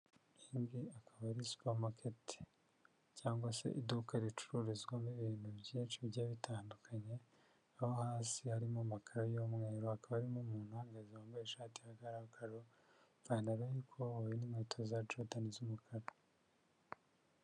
yembi akaba ari supermarket cyangwa se iduka ricururizwamo ibintu byinshi bigiye bitandukanye aho, hasi harimo amagara y'umweru hakaba harimo umuntu mwiza wambaye ishati igaragara ipantaro y'ikoboyi n'inkweto za jorodani z'umukara.